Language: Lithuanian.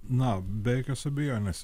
na be jokios abejonės